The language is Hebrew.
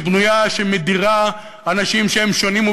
שמדירה אנשים שהם שונים,